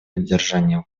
поддержания